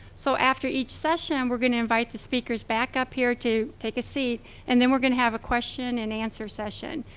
so after each session, we're gonna invite the speakers back up here to take a seat and then we're gonna have a question and answer session.